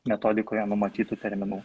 metodikoje numatytų terminų